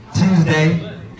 Tuesday